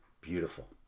beautiful